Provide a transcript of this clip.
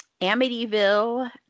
Amityville